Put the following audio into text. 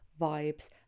vibes